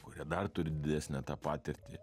kurie dar turi didesnę tą patirtį